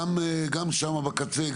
גם שם בקצה,